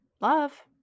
Love